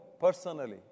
personally